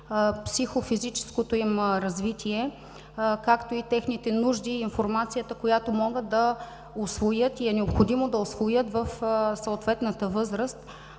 психофизическото им развитие, както и техните нужди и информацията, която могат и е необходимо да усвоят в съответната възраст?